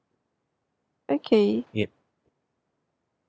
okay